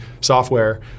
software